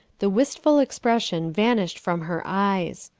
the wistful expression vanished from her eyes.